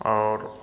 आओर